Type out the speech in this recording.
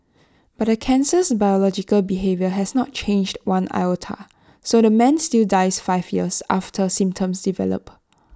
but the cancer's biological behaviour has not changed one iota so the man still dies five years after symptoms develop